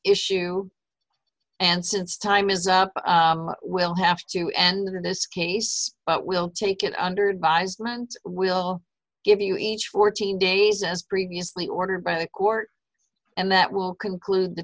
issue and since time is up we'll have to and in this case but we'll take it under advisement we'll give you each fourteen days as previously ordered by the court and that will conclude the